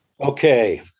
okay